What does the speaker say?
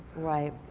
right.